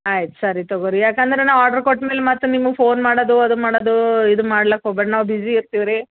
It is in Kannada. ಆಯ್ತು ಸರಿ ತಗೊಳಿ ಯಾಕಂದ್ರೆ ನಾವು ಆರ್ಡ್ರ್ ಕೊಟ್ಮೇಲೆ ಮತ್ತೆ ನಿಮಗೆ ಫೋನ್ ಮಾಡೋದು ಅದು ಮಾಡೋದೋ ಇದು ಮಾಡಕ್ ಹೋಗ್ಬೇಡಿ ನಾವು ಬ್ಯುಸಿ ಇರ್ತಿವಿ ರೀ